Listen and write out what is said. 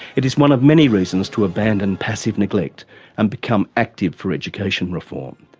it is one of many reasons to abandon passive neglect and become active for education reform.